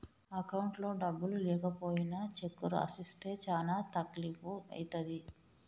అకౌంట్లో డబ్బులు లేకపోయినా చెక్కు రాసిస్తే చానా తక్లీపు ఐతది